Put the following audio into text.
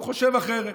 הוא חושב אחרת.